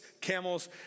camels